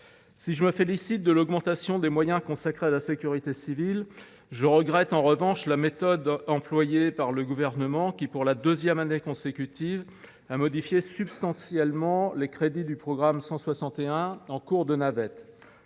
Si je me félicite de l’augmentation des moyens consacrés à la sécurité civile, je regrette en revanche la méthode employée par le Gouvernement, qui, pour la deuxième année consécutive, a modifié substantiellement les crédits du programme 161 en cours de navette.